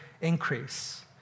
increase